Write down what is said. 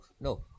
no